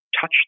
touch